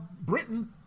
Britain